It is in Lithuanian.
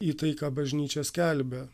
į tai ką bažnyčia skelbia